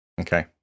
Okay